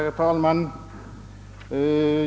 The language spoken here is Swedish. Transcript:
Herr talman!